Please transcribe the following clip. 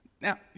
Now